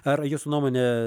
ar jūsų nuomone